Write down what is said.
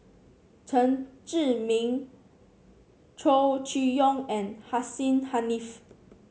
Chen Zhiming Chow Chee Yong and Hussein Haniff